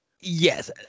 Yes